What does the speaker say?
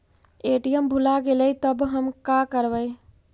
ATM भुला गेलय तब हम काकरवय?